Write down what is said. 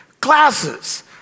classes